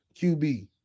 QB